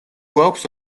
გვაქვს